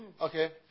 Okay